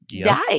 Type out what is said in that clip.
die